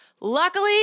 Luckily